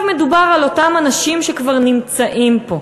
עכשיו מדובר על אותם אנשים שכבר נמצאים פה.